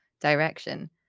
direction